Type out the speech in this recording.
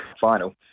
final